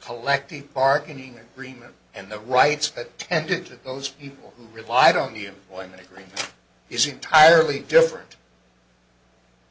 collective bargaining agreement and the rights that tended to those people who relied on the employment rate is entirely different